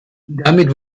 damit